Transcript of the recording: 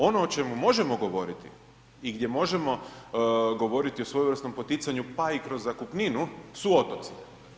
Ono o čemu možemo govoriti i gdje možemo govoriti o svojevrsnom poticanju pa i kroz zakupninu su otoci.